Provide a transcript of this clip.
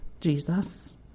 Jesus